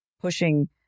pushing